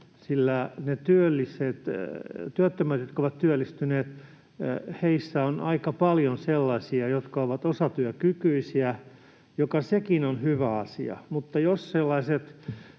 sillä niissä työttömissä, jotka ovat työllistyneet, on aika paljon sellaisia, jotka ovat osatyökykyisiä, mikä sekin on hyvä asia, mutta jos sellaiset